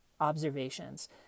observations